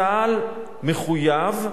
צה"ל מחויב,